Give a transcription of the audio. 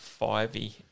fivey